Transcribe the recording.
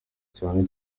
cyane